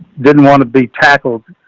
didn't want to be tackled